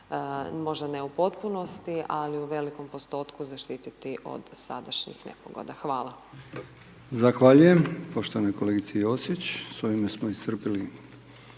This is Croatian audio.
možda ne u potpunosti, ali u velikom postotku zaštiti od sadašnjih nepogoda. Hvala.